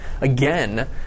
again